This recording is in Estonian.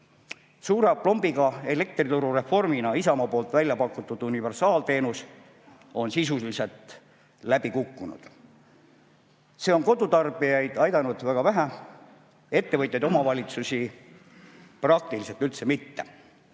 Suure aplombiga elektriturureformina Isamaa välja pakutud universaalteenus on sisuliselt läbi kukkunud. See on kodutarbijaid aidanud väga vähe, ettevõtteid ja omavalitsusi praktiliselt üldse mitte.